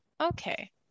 Okay